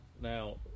Now